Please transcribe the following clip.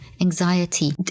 anxiety